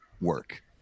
work